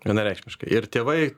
vienareikšmiškai ir tėvai